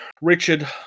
Richard